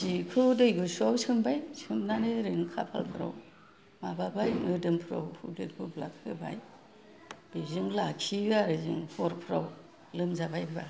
जिखौ दै गुसुआव सोमबाय सोमनानै ओरैनो खाफालफ्राव माबाबाय मोदोफ्राव हुब्लित हुब्लात होबाय बेजों लाखियो आरो हरफ्राव लोमजाबायबा